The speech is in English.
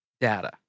data